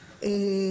ב',